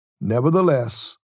Nevertheless